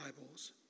Bibles